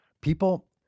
people